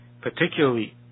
particularly